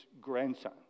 grandson